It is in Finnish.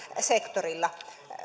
sektorilla